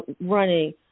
running